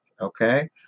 okay